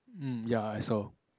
mm ya I saw